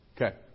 Okay